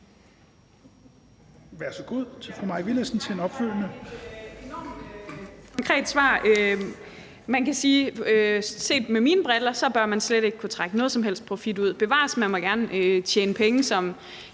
er så godt